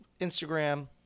Instagram